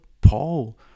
Paul